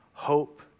Hope